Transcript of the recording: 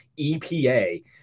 EPA –